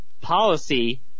policy